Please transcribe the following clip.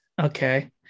okay